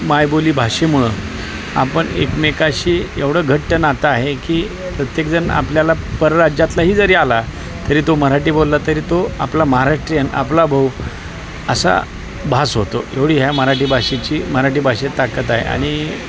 मायबोली भाषेमुळं आपण एकमेकाशी एवढं घट्ट नातं आहे की प्रत्येकजण आपल्याला परराज्यातलाही जरी आला तरी तो मराठी बोलला तरी तो आपला महाराष्ट्रीय आपला भाऊ असा भास होतो एवढी ह्या मराठी भाषेची मराठी भाषेत ताकद आहे आणि